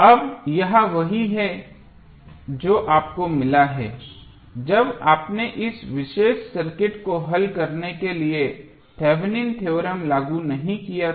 अब यह वही है जो आपको मिला है जब आपने इस विशेष सर्किट को हल करने के लिए थेवेनिन थ्योरम लागू नहीं किया था